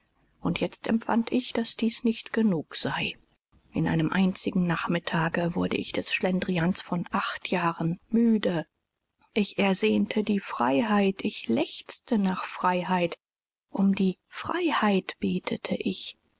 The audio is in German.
und jetzt empfand ich daß dies nicht genug sei in einem einzigen nachmittage wurde ich des schlendrians von acht jahren müde ich ersehnte die freiheit ich lechzte nach freiheit um die freiheit betete ich